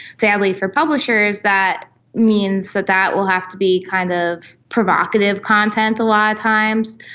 sadly for publishers that means that that will have to be kind of provocative content a lot of times.